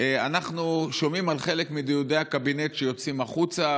אנחנו שומעים על חלק מדיוני הקבינט שיוצאים החוצה,